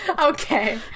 okay